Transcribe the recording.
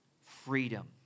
freedom